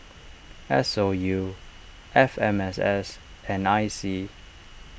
S O U F M S S and I C